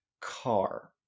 car